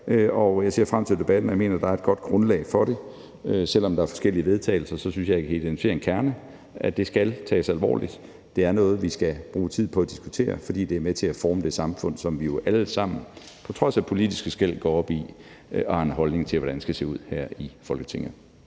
og jeg ser frem til debatten. Jeg mener, at der er et godt grundlag for den, og selv om der er forskellige vedtagelsestekster, synes jeg at kunne identificere en kerne, nemlig at det skal tages alvorligt. Det er noget, vi skal bruge tid på at diskutere, fordi det er med til at forme det samfund, som vi jo alle sammen her i Folketinget på trods af politiske skel går op i og har en holdning til hvordan skal se ud. Den debat